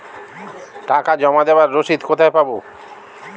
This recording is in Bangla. টাকা জমা দেবার রসিদ কোথায় পাব?